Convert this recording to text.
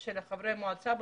של חברי המועצה.